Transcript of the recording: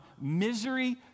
misery